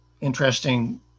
interesting